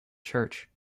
church